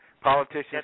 politicians